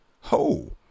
Ho